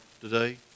today